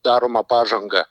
daromą pažangą